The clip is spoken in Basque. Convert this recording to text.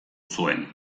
zuen